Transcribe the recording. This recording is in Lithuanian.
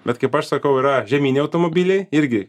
bet kaip aš sakau yra žieminiai automobiliai irgi